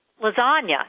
lasagna